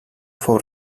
fou